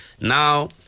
now